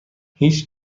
هیچ